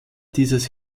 dieses